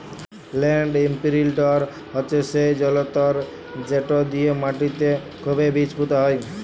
land ইমপিরিলটর হছে সেই জলতর্ যেট দিঁয়ে মাটিতে খুবই বীজ পুঁতা হয়